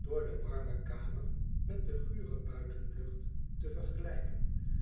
door de warme kamer met de gure buitenlucht te vergelijken